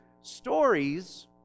stories